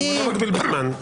אני לא מגביל בזמן.